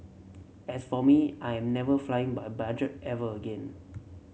as for me I'm never flying by budget ever again